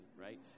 right